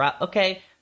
Okay